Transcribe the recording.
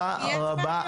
תודה רבה.